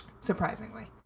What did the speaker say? surprisingly